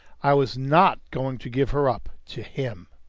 i was not going to give her up to him.